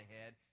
ahead